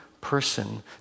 person